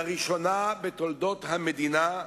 לראשונה בתולדות המדינה,